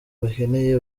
bakeneye